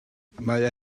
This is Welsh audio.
mae